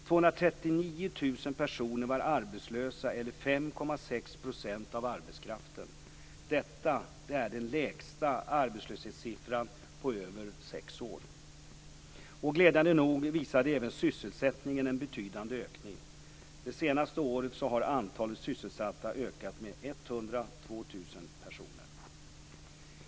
239 000 personer var arbetslösa, eller 5,6 % av arbetskraften. Detta är den lägsta arbetslöshetssiffran på över sex år. Glädjande nog visade även sysselsättningen en betydande ökning. Det senaste året har antalet sysselsatta ökat med 102 000 personer.